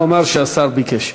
הוא אמר שהשר ביקש.